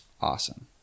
awesome